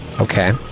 Okay